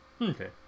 Okay